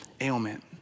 ailment